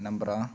number